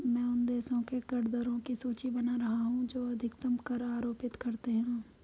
मैं उन देशों के कर दरों की सूची बना रहा हूं जो अधिकतम कर आरोपित करते हैं